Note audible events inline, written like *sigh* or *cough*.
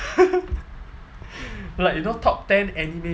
*laughs* like you know top ten anime